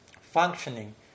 functioning